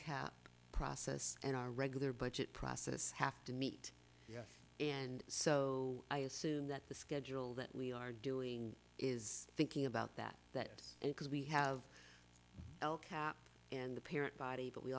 cap process and our regular budget process have to meet and so i assume that the schedule that we are doing is thinking about that that because we have and the parent body but we